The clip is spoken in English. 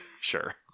sure